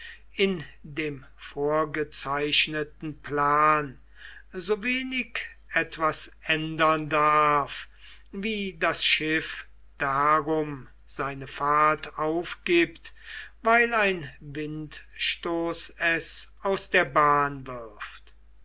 in dem vorgezeichneten plan so wenig etwas ändern darf wie das schiff darum seine fahrt aufgibt weil ein windstoß es aus der bahn wirft